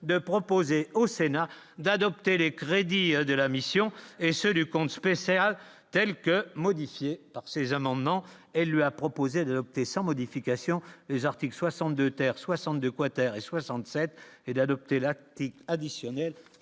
de proposer au Sénat d'adopter les crédits de la mission et ceux du compte spécial, telle que modifiée par ces amendements, elle lui a proposé de quitter sans modification des articles 62 terre 62 quater et 67 et d'adopter la additionnel